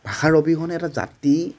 ভাষাৰ অবিহনে এটা জাতি